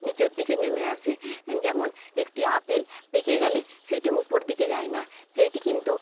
নিচের দিকে নেমে আসে যেমন একটি আপেল পেকে গেলে সেইটি উপর দিকে যায় না সেইটি কিন্তু